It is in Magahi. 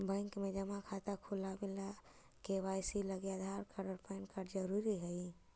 बैंक में जमा खाता खुलावे ला के.वाइ.सी लागी आधार कार्ड और पैन कार्ड ज़रूरी हई